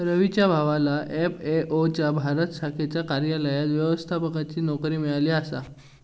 रवीच्या भावाला एफ.ए.ओ च्या भारत शाखेच्या कार्यालयात व्यवस्थापकाची नोकरी मिळाली आसा